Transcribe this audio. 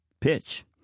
pitch